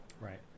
Right